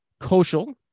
Koshal